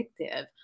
addictive